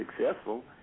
successful